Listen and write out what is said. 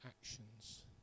actions